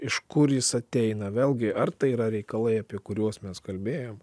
iš kur jis ateina vėlgi ar tai yra reikalai apie kuriuos mes kalbėjome